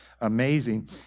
amazing